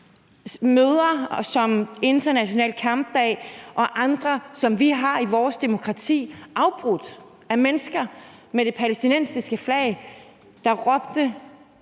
den internationale kampdag og andre dage, som vi har i vores demokrati, blevet afbrudt af mennesker med det palæstinensiske flag, der råbte